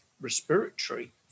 respiratory